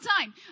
time